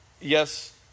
yes